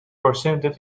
presented